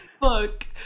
book